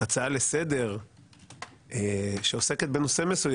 הרעיון של הצעה לסדר הוא שהממשלה תענה.